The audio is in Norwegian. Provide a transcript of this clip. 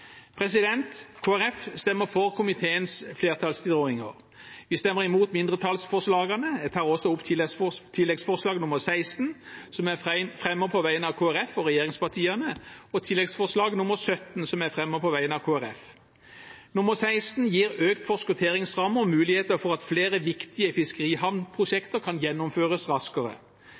stemmer for komiteens flertallstilrådinger. Vi stemmer imot mindretallsforslagene. Jeg tar også opp tilleggsforslag nr. 16, som jeg fremmer på vegne av Kristelig Folkeparti og regjeringspartiene, og tilleggsforslag nr. 17, som jeg fremmer på vegne av Kristelig Folkeparti. Forslag nr. 16 gir økt forskutteringsramme og muligheter for at flere viktige fiskerihavnprosjekter kan gjennomføres raskere.